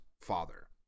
father